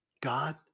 God